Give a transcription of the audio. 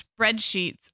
spreadsheets